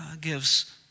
gives